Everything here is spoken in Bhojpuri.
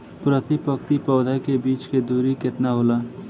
प्रति पंक्ति पौधे के बीच के दुरी का होला?